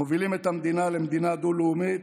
מובילים את המדינה למדינה דו-לאומית,